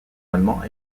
allemand